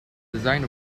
design